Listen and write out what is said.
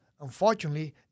unfortunately